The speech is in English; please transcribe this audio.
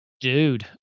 dude